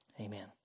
Amen